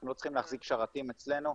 אנחנו לא צריכים להחזיק שרתים אצלנו.